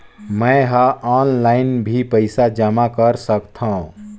मैं ह ऑनलाइन भी पइसा जमा कर सकथौं?